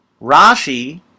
Rashi